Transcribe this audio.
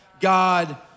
God